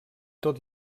tot